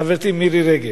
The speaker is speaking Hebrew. חברתי מירי רגב,